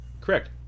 Correct